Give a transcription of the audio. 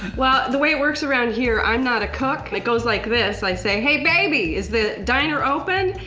well, the way it works around here, i'm not a cook and it goes like this. i say, hey baby, is the diner open?